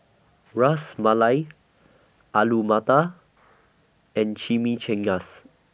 Ras Malai Alu Matar and Chimichangas